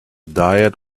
diet